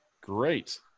Great